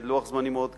בלוח זמנים מאוד קצר,